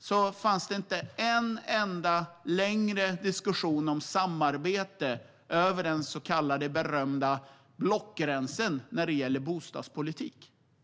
förekom en enda längre diskussion om samarbete över den berömda så kallade blockgränsen när det gällde bostadspolitik, något som företrädarna för den tidigare regeringen nog också vet.